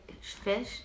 fish